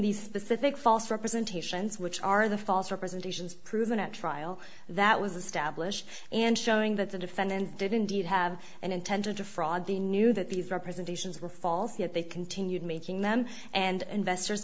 these specific false representations which are the false representations proven at trial that was established and showing that the defendant did indeed have and intended to fraud they knew that these representations were false yet they continued making them and investors